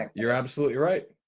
like you're absolutely right,